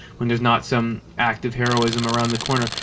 when there's not some active heroism around the corner.